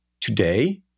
today